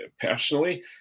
personally